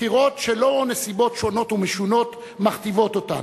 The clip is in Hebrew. בחירות שלא נסיבות שונות ומשונות מכתיבות אותן,